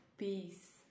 Peace